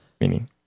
meaning